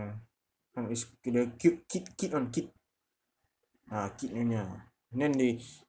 uh no it's the cute kid kid one kid ah kid one ah then they